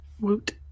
Woot